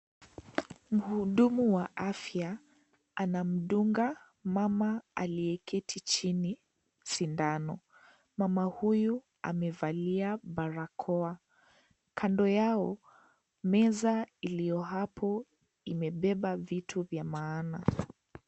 Mhudumu wa afya anamdunga mama aliyeketi chini sindano. Mama huyu amevalia barakoa. Kando yao, meza iliyo hapo, imebeba vitu vya maana.